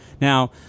Now